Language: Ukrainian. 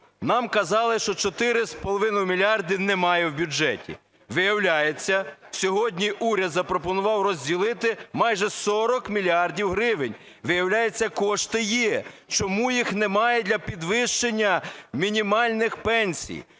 нам казали, що 4,5 мільярда немає в бюджеті. Виявляється, сьогодні уряд запропонував розділити майже 40 мільярдів гривень. Виявляється, кошти є. Чому їх немає для підвищення мінімальних пенсій?